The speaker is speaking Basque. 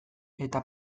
eta